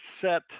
set